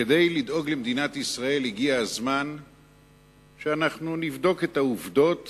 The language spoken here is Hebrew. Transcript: כדי לדאוג למדינת ישראל הגיע הזמן שאנחנו נבדוק את העובדות